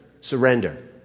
Surrender